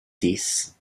dice